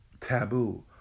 taboo